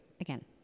again